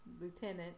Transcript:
lieutenant